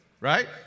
Right